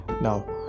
Now